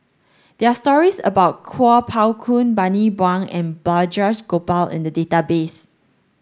there are stories about Kuo Pao Kun Bani Buang and Balraj Gopal in the database